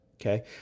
Okay